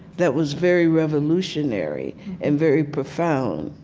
that was very revolutionary and very profound